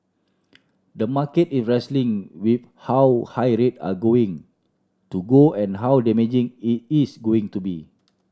the market is wrestling with how high rate are going to go and how damaging it is going to be